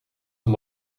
van